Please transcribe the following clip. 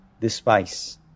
despise